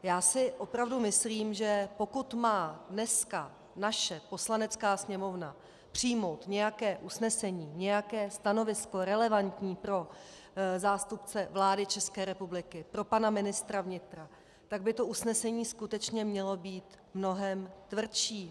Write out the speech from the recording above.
Já si opravdu myslím, že pokud má dneska naše Poslanecká sněmovna přijmout nějaké usnesení, nějaké relevantní stanovisko pro zástupce vlády České republiky, pro pana ministra vnitra, tak by to usnesení skutečně mělo být mnohem tvrdší.